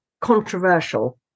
controversial